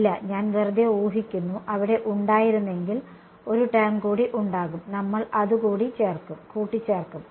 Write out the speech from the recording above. ഇല്ല ഞാൻ വെറുതെ ഊഹിക്കുന്നു അവിടെ ഉണ്ടായിരുന്നെങ്കിൽ ഒരു ടേo കൂടി ഉണ്ടാകും നമ്മൾ അത് കൂട്ടി ചേർക്കും